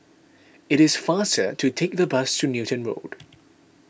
it is faster to take the bus to Newton Road